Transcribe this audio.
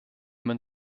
man